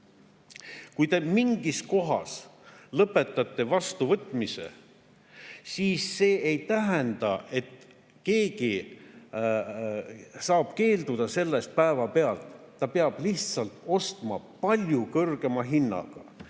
Kui te mingis kohas lõpetate vastuvõtmise, siis see ei tähenda, et keegi saab päevapealt keelduda. Ta peab lihtsalt ostma palju kõrgema hinnaga.